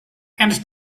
and